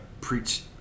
preach